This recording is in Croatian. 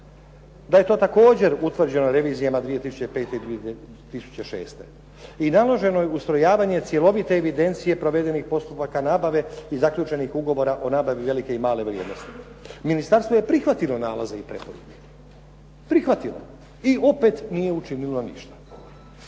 da je to također utvrđeno revizijama 2005., 2006. i naloženo je ustrojavanje cjelovite evidencije provedenih postupaka nabave i zaključenih ugovora o nabavi velike i male vrijednosti. Ministarstvo je prihvatilo nalaze i preporuke, prihvatilo je i opet nije učinilo ništa.